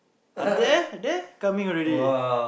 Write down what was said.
are there there come in already